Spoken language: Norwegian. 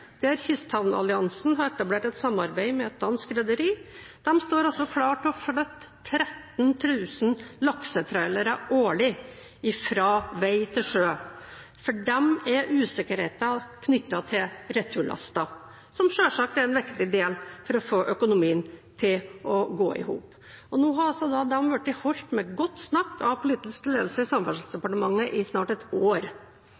der Kysthavnalliansen har etablert et samarbeid med et dansk rederi. De står klar til å flytte 13 000 laksetrailere årlig fra vei til sjø. For dem er usikkerheten knyttet til returlaster, som selvsagt er en viktig del for å få økonomien til å gå i hop. Nå har de altså vært holdt med godt snakk av politisk ledelse i